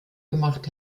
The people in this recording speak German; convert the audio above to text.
gemacht